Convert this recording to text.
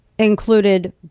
included